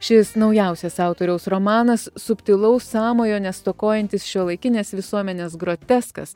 šis naujausias autoriaus romanas subtilaus sąmojo nestokojantis šiuolaikinės visuomenės groteskas